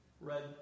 red